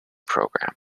program